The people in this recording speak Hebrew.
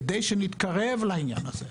כדי שנתקרב לעניין הזה,